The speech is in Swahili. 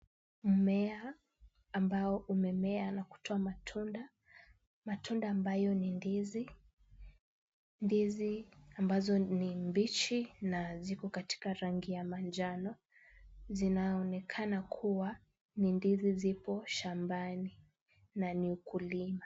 Mmea ambao umemea na kutoa matunda, matunda ambayo ni ndizi. Ndizi ambazo ni mbichi na ziko katika rangi ya manjano. Zinaonekana kuwa ni ndizi zipo shambani na ni ukulima.